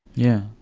yeah.